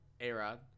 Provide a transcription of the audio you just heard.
A-Rod